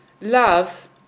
love